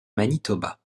manitoba